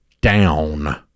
down